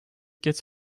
gets